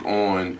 on